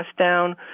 down